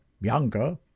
younger